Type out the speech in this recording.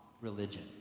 religion